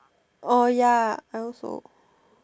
oh ya I also